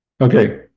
Okay